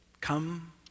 Come